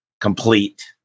complete